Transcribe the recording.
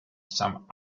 some